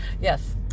yes